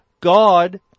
God